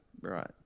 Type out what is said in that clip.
right